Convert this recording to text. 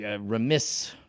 remiss